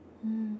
mm